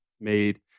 made